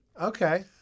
Okay